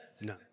No